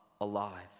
alive